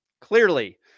Clearly